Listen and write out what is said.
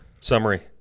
summary